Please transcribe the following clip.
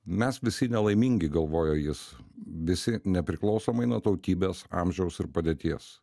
mes visi nelaimingi galvojo jis visi nepriklausomai nuo tautybės amžiaus ir padėties